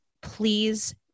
please